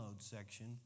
section